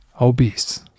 obese